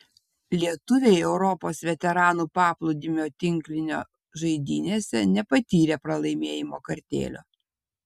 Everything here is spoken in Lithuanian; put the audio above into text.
lietuviai europos veteranų paplūdimio tinklinio žaidynėse nepatyrė pralaimėjimo kartėlio